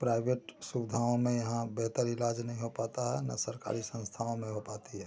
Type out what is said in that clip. private सुविधाओं में यहाँ बेहतर इलाज नहीं हो पाता है न सरकारी संस्थाओं में हो पाती है